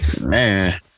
man